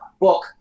book